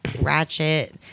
ratchet